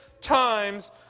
times